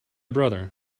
brother